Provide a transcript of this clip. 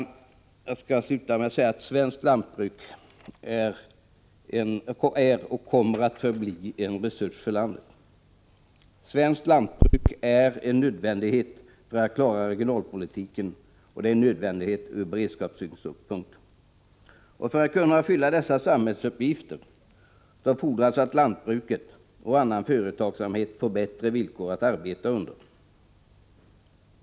Jag skall sluta med att säga att svenskt lantbruk är och kommer att förbli en resurs för landet. Svenskt lantbruk är en nödvändighet för att vi skall kunna klara regionalpolitiken och en nödvändighet ur beredskapssynpunkt. För att lantbruket skall kunna fylla dessa samhällsuppgifter fordras det att lantbruket och annan företagsamhet får bättre villkor att arbeta under.